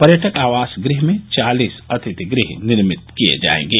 पर्यटक आवास गृह में चालिस अतिथि गृह निर्मित किये जाएंगे